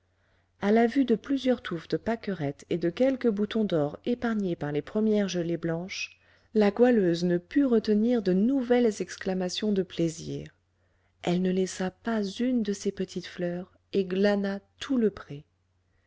à la vue de plusieurs touffes de pâquerettes et de quelques boutons d'or épargnés par les premières gelées blanches la goualeuse ne put retenir de nouvelles exclamations de plaisir elle ne laissa pas une de ces petites fleurs et glana tout le pré